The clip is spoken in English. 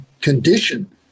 condition